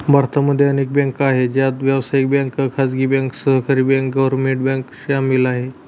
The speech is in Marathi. भारत मध्ये अनेक बँका आहे, ज्यात व्यावसायिक बँक, खाजगी बँक, सहकारी बँक, गव्हर्मेंट बँक सामील आहे